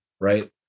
Right